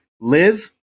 live